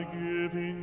giving